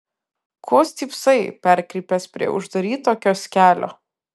ko stypsai perkrypęs prie uždaryto kioskelio